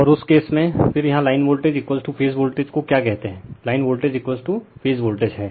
और उस केस में फिर यहां लाइन वोल्टेज फेज वोल्टेज को क्या कहते हैलाइन वोल्टेज फेज वोल्टेज हैं